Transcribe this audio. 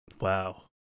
Wow